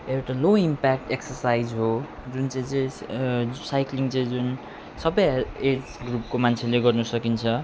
एउटा low impact exercise हो जुन चाहिँ चाहिँ साइक्लिङ चाहिँ जुन सबै हेल एज ग्रुपको मान्छेले गर्नु सकिन्छ